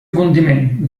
condiment